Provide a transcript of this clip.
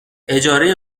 اجازه